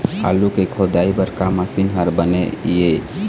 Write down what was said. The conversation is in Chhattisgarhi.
आलू के खोदाई बर का मशीन हर बने ये?